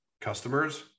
customers